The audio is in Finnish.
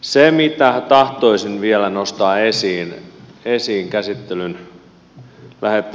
se mitä tahtoisin vielä nostaa esiin käsittelyn lähetteeksi